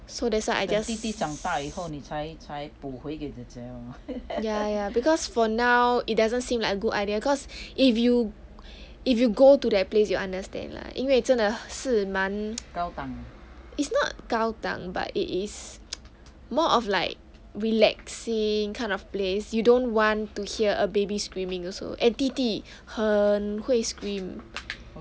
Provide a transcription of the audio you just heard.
so that's why I just s~ ya ya because for now it doesn't seem like a good idea cause if you if you go to the place you understand lah 因为真的是蛮 it's not 高档 but it is more of like relaxing kind of place you don't want to hear a baby screaming also and 弟弟很会 scream